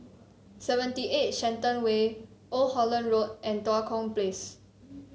Seventy Eight Shenton Way Old Holland Road and Tua Kong Place